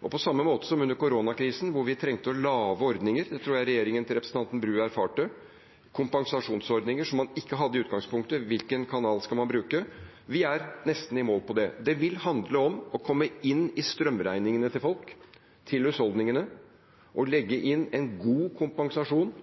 og på samme måte som under koronakrisen, hvor vi trengte å lage ordninger – det tror jeg regjeringen til representanten Bru erfarte – er dette kompensasjonsordninger som man ikke har i utgangspunktet, så hvilken kanal skal man bruke. Vi er nesten i mål på det. Det vil handle om å komme inn i strømregningene til folk, til husholdningene, og legge inn en god kompensasjon